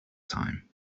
time